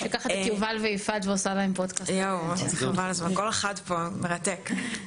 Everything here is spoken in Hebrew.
כל אחד פה מרתק.